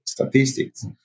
Statistics